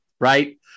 right